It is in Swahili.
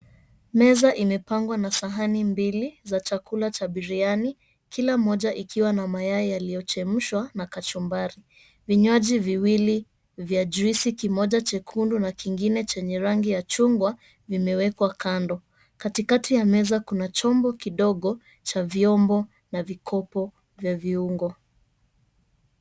Meza imepangwa na sahani mbili za chakula cha biriani kila moja ikiwa na mayai yaliyochemshwa na kachumbari. Vinywaji viwili vya juisi, kimoja chekundu na kingine chenye rangi ya chungwa vimewekwa kando. Katikati ya meza kuna chombo kidogo cha vyombo na vikopo vya viungo.